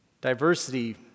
diversity